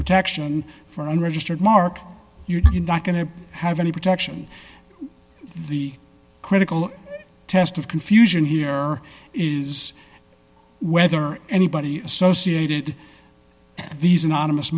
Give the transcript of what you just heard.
protection for unregistered mark you're not going to have any protection the critical test of confusion here is whether anybody associated these anonymous